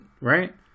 right